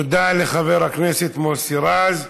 תודה לחבר הכנסת מוסי רז.